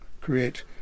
create